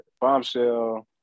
bombshell